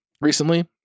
recently